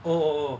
oh oh oh